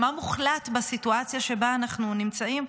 מה מוחלט בסיטואציה שבה אנחנו נמצאים,